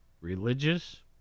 religious